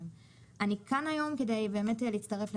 אני כאן היום כדי להציג את